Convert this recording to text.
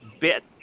bit